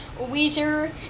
Weezer